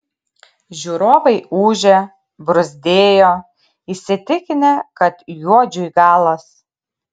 žiūrovai ūžė bruzdėjo įsitikinę kad juodžiui galas